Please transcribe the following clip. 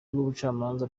rw’ubucamanza